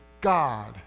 God